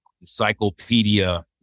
encyclopedia